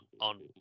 on